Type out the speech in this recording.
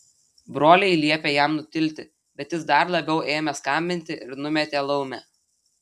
broliai liepė jam nutilti bet jis dar labiau ėmė skambinti ir numetė laumę